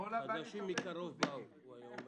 חדשים מקרוב באו.